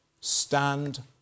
Stand